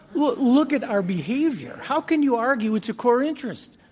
look look at our behavior. how can you argue it's a core interest?